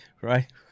right